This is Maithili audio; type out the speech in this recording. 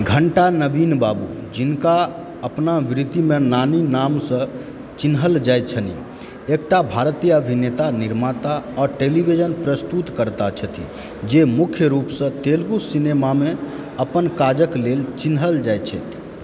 घण्टा नवीन बाबू जिनका अपना वृत्तिमे नानी नामसँ चिन्हल जाएत छनि एकटा भारतीय अभिनेता निर्माता आ टेलीविजन प्रस्तुतकर्ता छथिन जे मुख्य रूपसँ तेलगु सिनेमामे अपन काजक लेल चिन्हल जाइत छथि